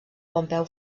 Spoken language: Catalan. pompeu